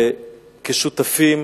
וכשותפים